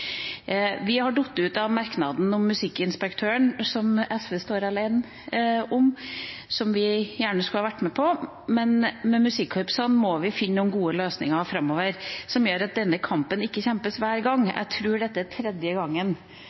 Vi har falt ut av merknaden om musikkinspektøren, som SV står alene om, og som vi gjerne skulle vært med på, men vi må finne noen gode løsninger for musikkorpsene framover som gjør at denne kampen ikke må kjempes hver gang. Jeg tror dette er tredje gangen